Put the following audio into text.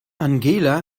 angela